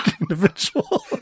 individual